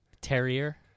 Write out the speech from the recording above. terrier